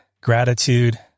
gratitude